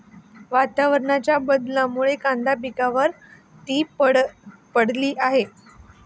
वातावरणाच्या बदलामुळे कांदा पिकावर ती पडली आहे